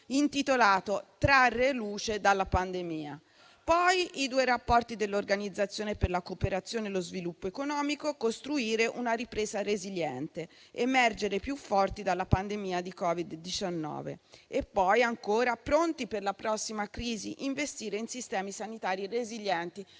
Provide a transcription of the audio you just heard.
intitolato «Trarre luce dalla pandemia». Poi ci sono stati i due rapporti dell'Organizzazione per la cooperazione e lo sviluppo economico: «Costruire una ripresa resiliente, emergere più forti dalla pandemia di Covid-19», e poi ancora «Pronti per la prossima crisi? Investire in sistemi sanitari resilienti».